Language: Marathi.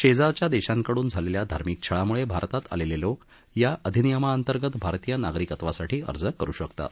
शेजारच्या देशांकडून झालेल्या धार्मिक छळाम्ळे भारतात आलेले लोक या अधिनियमाअंतर्गत भारतीय नागरिकत्वासाठी अर्ज करु शकतात